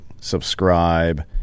subscribe